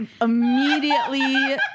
immediately